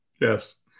Yes